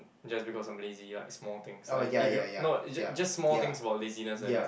just because somebody lazy ah is small things like if you no you j~ just small things about laziness like that